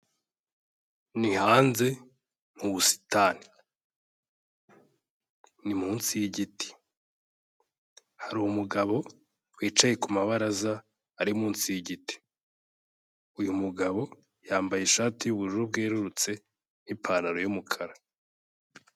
Ni hanze mu busitani, ni munsi y'igiti. Hari umugabo wicaye ku mabaraza ari munsi y'igiti, uyu mugabo yambaye ishati y'ubururu bwerurutse n'ipantaro y'umukara.